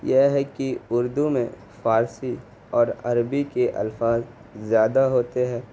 یہ ہے کہ اردو میں فارسی اور عربی کے الفاظ زیادہ ہوتے ہیں